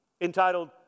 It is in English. entitled